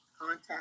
contact